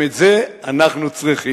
גם את זה אנחנו צריכים.